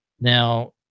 Now